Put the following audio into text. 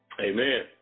amen